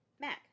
Mac